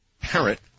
parrot